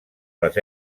les